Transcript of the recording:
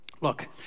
Look